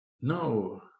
No